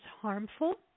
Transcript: harmful